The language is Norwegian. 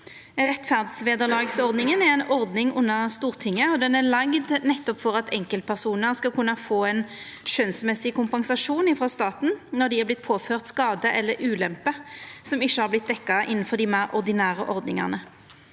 Rettferdsvederlagsordninga er ei ordning under Stortinget, og ho er laga nettopp for at enkeltpersonar skal kunna få ein skjønsmessig kompensasjon frå staten når dei er vortne påførte skade eller ulempe som ikkje har vorte dekt innanfor dei meir ordinære ordningane.